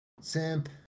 simp